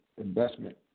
investment